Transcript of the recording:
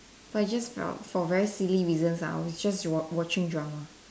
but just felt for very silly reasons ah I was just wa~ watching drama